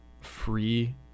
free